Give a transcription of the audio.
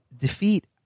defeat